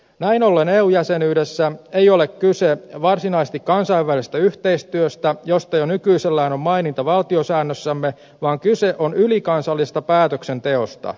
näin ollen eu jäsenyydessä ei ole kyse varsinaisesti kansainvälisestä yhteistyöstä josta jo nykyisellään on maininta valtiosäännössämme vaan kyse on ylikansallisesta päätöksenteosta